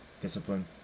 discipline